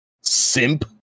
simp